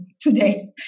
today